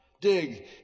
Dig